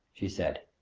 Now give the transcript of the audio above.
she said.